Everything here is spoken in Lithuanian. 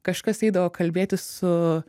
kažkas eidavo kalbėtis su